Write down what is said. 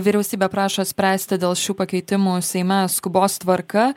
vyriausybė prašo spręsti dėl šių pakeitimų seime skubos tvarka